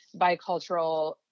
bicultural